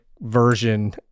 version